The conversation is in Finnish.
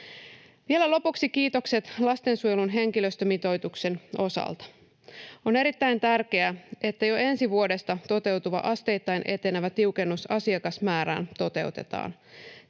Vielä lopuksi kiitokset lastensuojelun henkilöstömitoituksen osalta. On erittäin tärkeää, että jo ensi vuodesta toteutuva asteittain etenevä tiukennus asiakasmäärään toteutetaan.